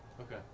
Okay